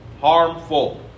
harmful